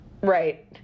Right